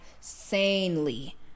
sanely